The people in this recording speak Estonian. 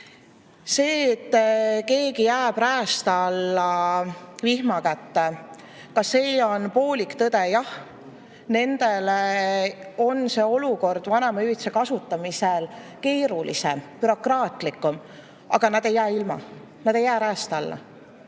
see, et keegi jääb räästa alla, vihma kätte, on poolik tõde. Jah, nendele on see olukord vanemahüvitise kasutamisel keerulisem, bürokraatlikum, aga nad ei jää ilma, nad ei jää räästa alla.